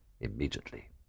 immediately